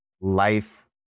life